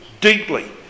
deeply